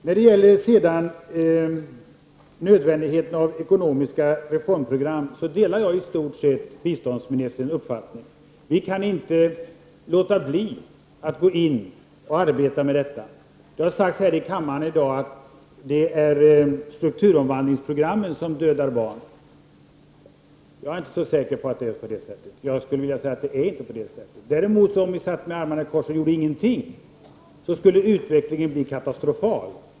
När det sedan gäller nödvändigheten av ekonomiska reformprogram delar jag i stort sett biståndsministerns uppfattning. Vi kan inte låta bli att gå in och arbeta med detta. Det har här i dag i kammaren sagts att det är strukturomvandlingsprogrammen som dödar barn. Jag är inte så säker på att det förhåller sig på det sättet. Jag skulle vilja säga att det inte är på det sättet. Om vi däremot satt med armarna i kors och inte gjorde någonting, skulle utvecklingen bli katastrofal.